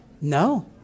No